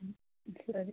ಸರಿ